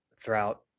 throughout